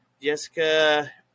Jessica